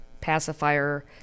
pacifier